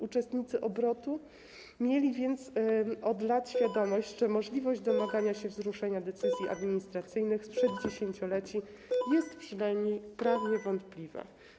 Uczestnicy obrotu mieli więc od lat świadomość, że możliwość domagania się wzruszenia decyzji administracyjnych sprzed dziesięcioleci jest przynajmniej prawnie wątpliwa.